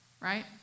Right